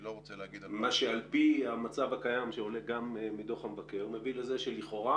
מה שעל פי המצב הקיים שעולה גם מדוח המבקר מביא לזה שלכאורה,